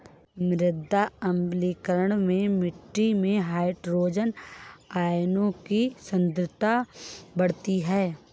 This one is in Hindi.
मृदा अम्लीकरण में मिट्टी में हाइड्रोजन आयनों की सांद्रता बढ़ती है